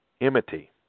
enmity